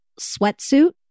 sweatsuit